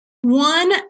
One